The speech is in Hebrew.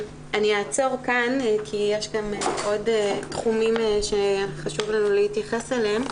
אני אעצור כאן כי יש עוד תחומים שחשוב לנו להתייחס אליהם.